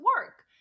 work